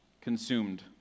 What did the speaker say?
consumed